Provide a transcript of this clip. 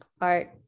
art